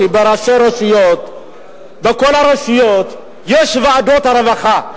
בכל הרשויות יש ועדות רווחה,